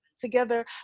together